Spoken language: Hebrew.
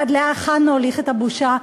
עד להיכן נוליך את הבושה?